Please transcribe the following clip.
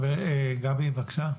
גבי, בבקשה.